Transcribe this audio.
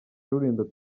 rulindo